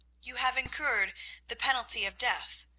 you have incurred the penalty of death,